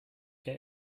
get